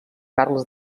carles